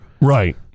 Right